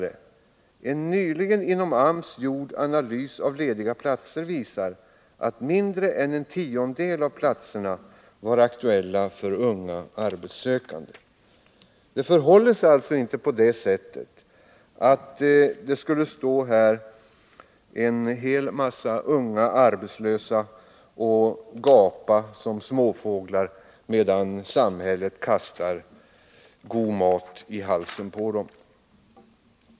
En nyligen inom AMS gjord analys av lediga platser hos arbetsförmedlingen visar att mindre än en tiondel av platserna var aktuella för unga arbetssökande.” Det förhåller sig alltså inte på det sättet att en massa unga arbetslösa står och gapar som småfåglar medan samhället kastar god mat i halsen på dem.